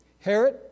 Herod